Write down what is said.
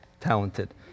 talented